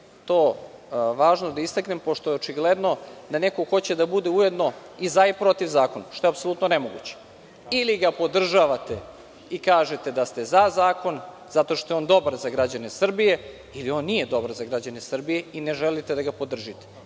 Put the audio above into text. je to važno da istaknem pošto očigledno neko hoće da bude ujedno i za i protiv zakona što je apsolutno nemoguće. Ili ga podržavate i kažete da ste za zakon zato što je on dobar za građane Srbije ili on nije dobar za građane Srbije i ne želite da ga podržite.